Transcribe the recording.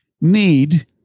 need